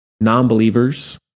non-believers